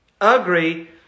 Agree